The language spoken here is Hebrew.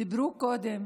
דיברו קודם